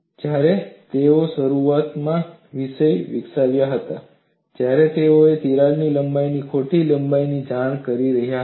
જ્યારે તેઓ શરૂઆતમાં વિષય વિકસાવતા હતા ત્યારે તેઓ તિરાડ લંબાઈની ખોટી લંબાઈની જાણ કરી રહ્યા હતા